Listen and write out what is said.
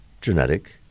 genetic